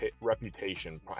reputation